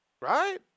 right